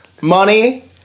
money